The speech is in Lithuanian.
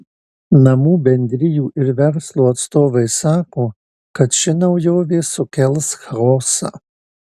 namų bendrijų ir verslo atstovai sako kad ši naujovė sukels chaosą